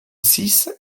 six